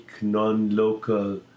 non-local